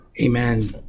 Amen